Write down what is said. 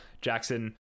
Jackson